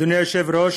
אדוני היושב-ראש,